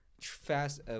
fast